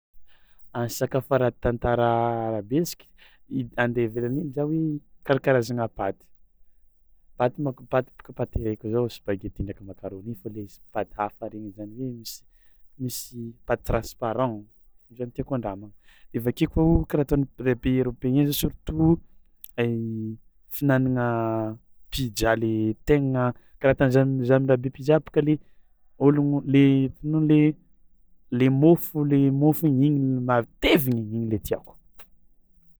Ah sakafo ara-tantara besiky i ande hivelany igny zany karakarazana paty, paty manko paty baka paty heky zao spaghetti ndreky macaroni fô le izy paty hafa regny misy misy paty transparent igny zao tiako andramagna de avake koa kara ataon'ireo pays eropeen zao surtout fihinana pizza le tegna kara ataonzany rabe pizza baka le olo noho ny le môfo le môfo matevigny igny le tiako.